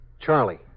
Charlie